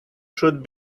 should